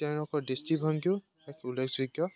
তেওঁলোকৰ দৃষ্টিভংগীও এক উল্লেখযোগ্য